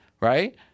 Right